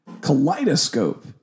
kaleidoscope